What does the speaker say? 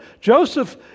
Joseph